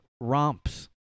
romps